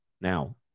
Now